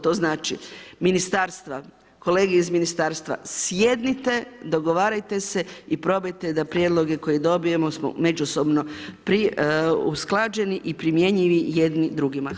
To znači ministarstva, kolege iz ministarstva, sjednite, dogovarajte se i probajte da prijedloge koje dobijemo međusobno usklađeni i primjenjivi jedni drugima.